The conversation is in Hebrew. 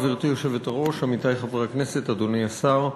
גברתי היושבת-ראש, עמיתי חברי הכנסת, אדוני השר,